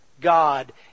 God